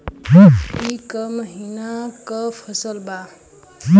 ई क महिना क फसल बा?